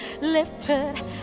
Lifted